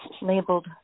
labeled